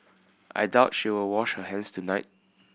I doubt she will wash her hands tonight